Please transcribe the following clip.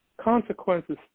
consequences